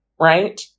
right